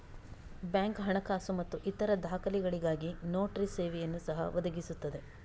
bank ಹಣಕಾಸು ಮತ್ತು ಇತರ ದಾಖಲೆಗಳಿಗಾಗಿ ನೋಟರಿ ಸೇವೆಯನ್ನು ಸಹ ಒದಗಿಸುತ್ತದೆ